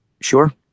Sure